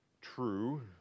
true